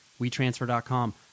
WeTransfer.com